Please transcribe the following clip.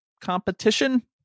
competition